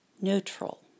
neutral